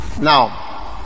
Now